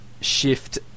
shift